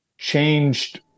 changed